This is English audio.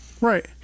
Right